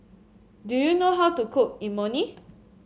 do you know how to cook Imoni